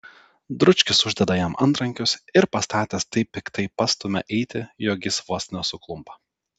dručkis uždeda jam antrankius ir pastatęs taip piktai pastumia eiti jog jis vos nesuklumpa